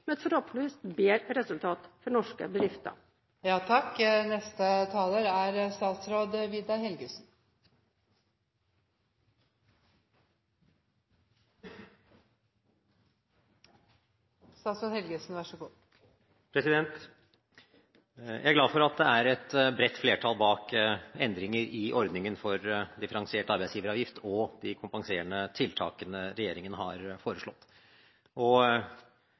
forhåpentligvis et bedre resultat for norske bedrifter. Jeg er glad for at det er et bredt flertall bak endringer i ordningen med differensiert arbeidsgiveravgift og de kompenserende tiltakene regjeringen har foreslått, og